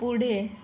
पुढे